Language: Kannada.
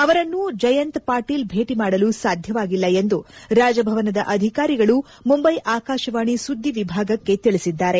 ಅವರನ್ನು ಜಯಂತ್ ಪಾಟೀಲ್ ಭೇಟಿ ಮಾಡಲು ಸಾಧ್ಯವಾಗಿಲ್ಲ ಎಂದು ರಾಜಭವನದ ಅಧಿಕಾರಿಗಳು ಮುಂಬೈ ಆಕಾಶವಾಣಿ ಸುದ್ದಿ ವಿಭಾಗಕ್ಕೆ ತಿಳಿಸಿದ್ದಾರೆ